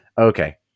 Okay